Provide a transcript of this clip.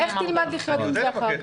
איך תלמד לחיות עם זה אחר כך?